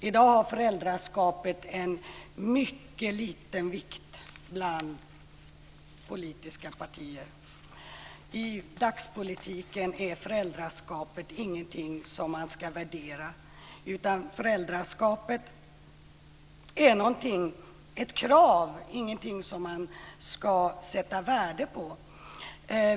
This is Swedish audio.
I dag har föräldraskapet mycket liten vikt bland politiska partier. I dagspolitiken är föräldraskapet ingenting som man ska värdera. Föräldraskapet är ett krav, ingenting som man ska sätta värde på.